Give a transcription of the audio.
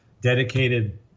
dedicated